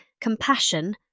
compassion